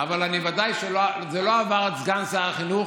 בוודאי שזה לא עבר את סגן שר החינוך.